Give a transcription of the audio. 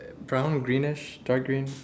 brown greenish dark green